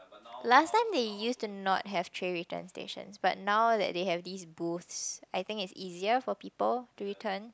last time they used to not have tray return stations but now that they have these booths I think it's easier for people to return